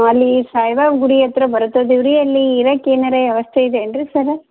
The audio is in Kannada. ಅಲ್ಲಿ ಸಾಯಿಬಾಬ ಗುಡಿ ಹತ್ತಿರ ಬರ್ತಾಯಿದೀವಿ ರೀ ಅಲ್ಲಿ ಇರಕೆ ಏನಾರು ವ್ಯವಸ್ಥೆ ಇದೇನು ರೀ ಸರ